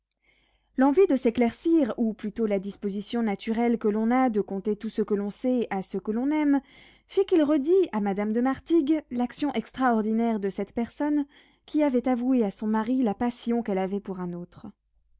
l'envie de s'éclaircir ou plutôt la disposition naturelle que l'on a de conter tout ce que l'on sait à ce que l'on aime fit qu'il redit à madame de martigues l'action extraordinaire de cette personne qui avait avoué à son mari la passion qu'elle avait pour un autre